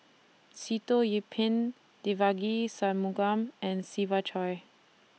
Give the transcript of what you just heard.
Sitoh Yih Pin Devagi Sanmugam and Siva Choy